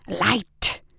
Light